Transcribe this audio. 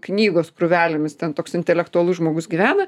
knygos krūvelėmis ten toks intelektualus žmogus gyvena